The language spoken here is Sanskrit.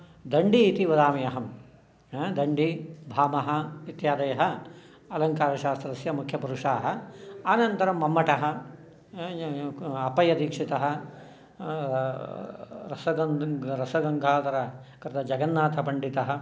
दण्डी इति वदामि अहं दण्डी भामहः इत्यादयः अलङ्कारशास्त्रस्य मुख्यपुरुषाः अनन्तरं मम्मटः अप्पय्यदीक्षितः रसगङ्गाधरकरजगन्नाथपण्डितः